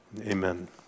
Amen